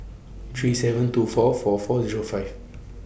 three seven two four four four Zero five